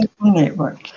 Network